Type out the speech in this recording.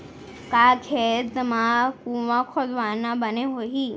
का खेत मा कुंआ खोदवाना बने होही?